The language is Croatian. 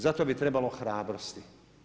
Za to bi trebalo hrabrosti.